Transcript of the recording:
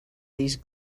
these